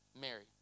Mary